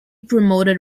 promoted